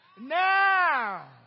now